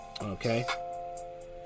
Okay